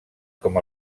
com